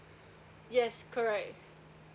yes correct